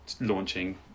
launching